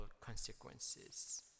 consequences